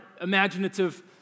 imaginative